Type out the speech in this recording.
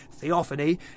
theophany